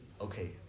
Okay